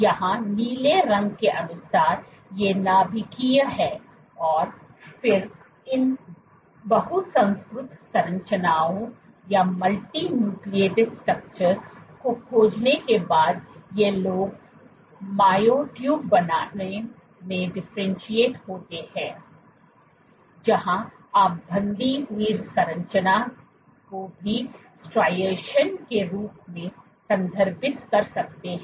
यहाँ नीले रंग के अनुसार ये नाभिकीय हैं और फिर इन बहुसंस्कृत संरचनाओं को खोजने के बाद ये लोग मायोट्यूब बनाने में डिफरेंटशिएट होते हैं जहाँ आप बंधी हुई संरचना को भी स्ट्राइएशन के रूप में संदर्भित कर सकते हैं